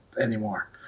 anymore